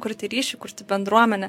kurti ryšį kurti bendruomenę